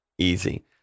easy